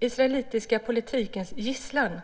israelitiska politikens gisslan.